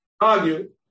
argue